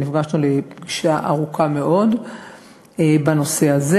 נפגשנו לפגישה ארוכה מאוד בנושא הזה.